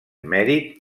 mèrit